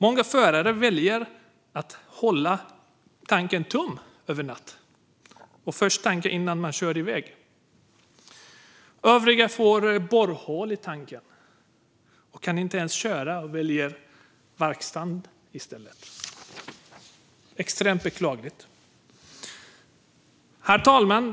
Många förare väljer att hålla tanken tom över natten och tanka först innan man kör iväg. Övriga får borrhål i tanken. De kan inte ens köra och väljer verkstaden i stället. Det är extremt beklagligt. Herr talman!